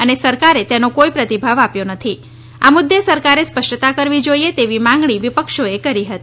અને સરકારે તેનો કોઇ પ્રતિભાવ આપ્યો નથી આ મુદ્દે સરકારે સ્પષ્ટતા કરવી જોઇએ તેવી માંગણી વિપક્ષોએ કરી હતી